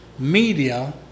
media